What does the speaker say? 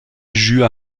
jouent